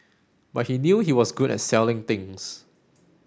but he knew he was good at selling things